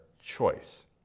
choice